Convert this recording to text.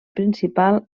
principal